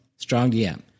StrongDM